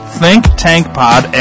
thinktankpod